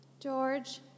George